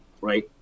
right